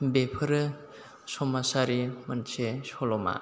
बेफोरो समाजारि मोनसे सल'मा